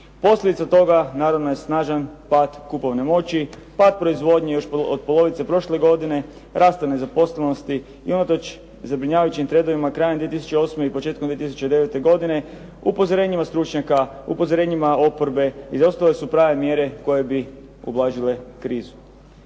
Posljedica toga naravno je snažan pad kupovne moći, pad proizvodnje još od polovice prošle godine, rasta nezaposlenosti i unatoč zabrinjavajućim trendovima krajem 2008. i početkom 2009. godine, upozorenjima stručnjaka, upozorenjima oporbe, izostale su prave mjere koje bi ublažile krizu.